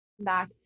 back